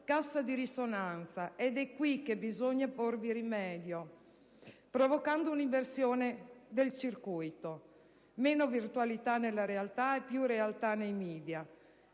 cassa di risonanza, ed è qui che bisogna porvi rimedio provocando un'inversione del circuito. Meno virtualità nella realtà e più realtà nei *media*.